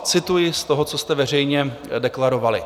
Cituji z toho, co jste veřejně deklarovali: